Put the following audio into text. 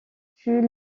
fut